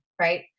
right